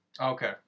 Okay